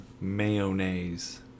mayonnaise